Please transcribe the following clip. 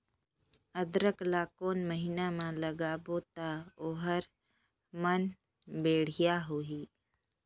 अदरक ला कोन महीना मा लगाबो ता ओहार मान बेडिया होही?